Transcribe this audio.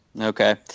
okay